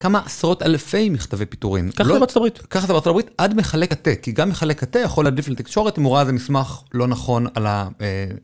כמה עשרות אלפי מכתבי פיטורים. ככה זה בארצות הברית. ככה זה בארצות הברית, עד מחלק התה. כי גם מחלק התה יכול להדליך לתקשורת, אם הוא ראה איזה מסמך לא נכון על ה...